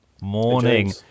Morning